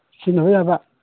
ꯁꯤꯖꯤꯟꯅꯕ ꯌꯥꯕ